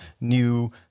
new